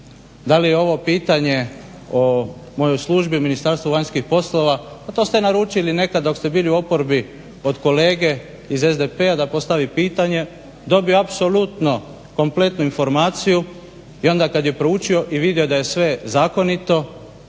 Da li je ovo pitanje o mojoj službi u Ministarstvu vanjskih poslova, pa to ste naručili nekad dok ste bili u oporbi od kolege iz SDP-a da postavi pitanje. Dobio je apsolutno kompletnu informaciju i onda kad je proučio i vido da je sve zakonito